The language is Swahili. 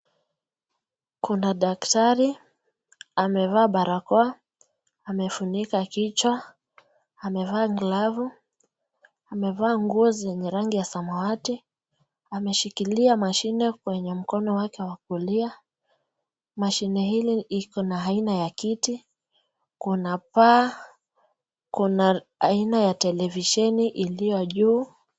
Kuna daktari amefaa barakoa smefunika kichwa amefaa kilofu amefaa nguoa ya rangi samawadi ameshikilia mashini kwenye mkono wake wa kulia mashini hili Iko na aina ya kiti kuna faa Kuna aina ya delevisheni iniyo juu.